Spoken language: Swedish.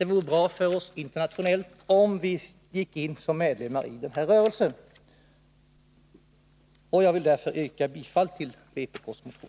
och internationellt — om vi gick in som medlemmar i den alliansfria rörelsen. Jag yrkar bifall till vpk:s motion.